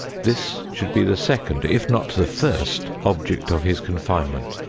this should be the second, if not the first object of his confinement.